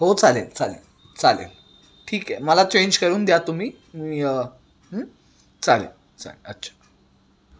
हो चालेल चालेल चालेल ठीक आहे मला चेंज करून द्या तुम्ही मी चालेल चालेल अच्छा